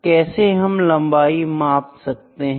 कैसे हम लंबाई माप सकते हैं